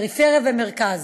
פריפריה ומרכז: